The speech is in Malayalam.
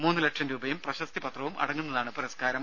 മൂന്ന് ലക്ഷം രൂപയും പ്രശസ്തി പത്രവുമടങ്ങുന്നതാണ് പുരസ്കാരം